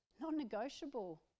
Non-negotiable